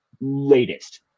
latest